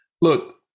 look